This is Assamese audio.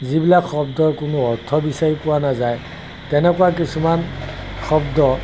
যিবিলাক শব্দৰ কোনো অৰ্থ বিচাৰি পোৱা নাযায় তেনেকুৱা কিছুমান শব্দ